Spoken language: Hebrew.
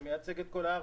זה מייצג את כל הארץ.